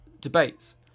debates